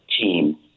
team